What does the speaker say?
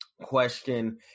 question